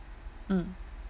mm